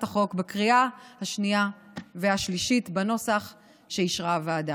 החוק בקריאה השנייה והשלישית בנוסח שאישרה הוועדה.